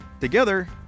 Together